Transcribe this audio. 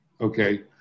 okay